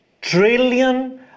trillion